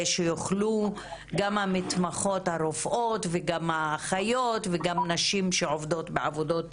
שיוכלו גם המתמחות הרופאות וגם האחיות וגם נשים שעובדות בעבודות